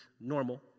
normal